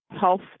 health